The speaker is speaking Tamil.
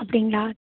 அப்படிங்களா